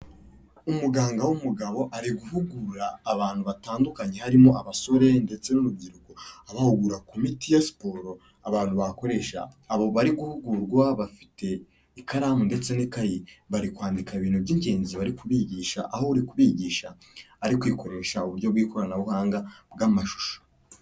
Umuganga w'umugabo ari guhugura abantu batandukanye, harimo abasore ndetse n'urubyiruko. Abahugura ku miti ya siporo abantu bakoresha, abo bari guhugurwa bafite ikaramu ndetse n'ikayi, bari kwandika ibintu by'ingenzi bari kubigisha, aho uri kubigisha ari kwikoresha uburyo bw'ikoranabuhanga bw'amashusho.